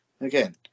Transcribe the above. Again